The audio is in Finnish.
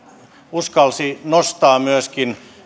uskalsi nostaa myöskin